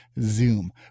Zoom